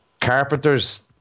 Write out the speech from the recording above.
carpenters